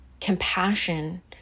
compassion